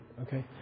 okay